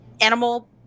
animal